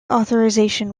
authorisation